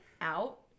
out